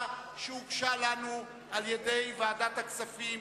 ההצעה שהוגשה לנו על-ידי ועדת הכספים,